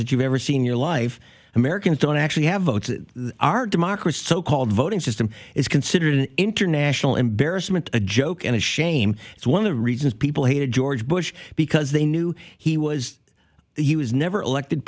that you've ever seen your life americans don't actually have votes our democracy so called voting system is considered an international embarrassment a joke and a shame it's one of the reasons people hated george bush because they knew he was he was never elected